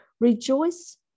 Rejoice